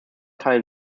teilen